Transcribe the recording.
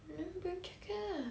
then bring jacket lah